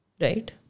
right